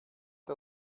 der